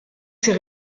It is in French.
ces